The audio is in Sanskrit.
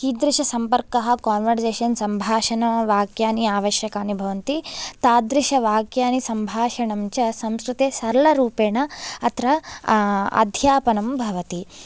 कीदृशसम्पर्कः कान्वर्जेशन् सम्भाषणवाक्यानि आवश्यकानि भवन्ति तादृशवाक्यानि सम्भाषणञ्च संस्कृते सरलरूपेण अत्र अध्यापनं भवति